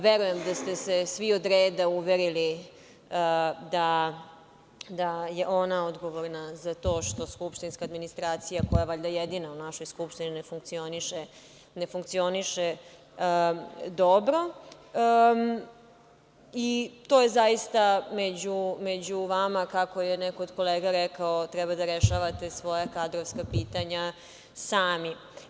Verujem da ste od reda uverili da je ona odgovorna za to što skupštinska administracija, koja je valjda jedina u Skupštini ne funkcioniše dobro, i to je zaista među vama, kako je neko od kolega rekao treba da rešavate svoja kadrovska pitanja sami.